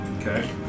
Okay